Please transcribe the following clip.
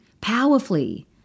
powerfully